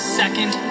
second